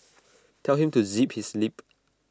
tell him to zip his lip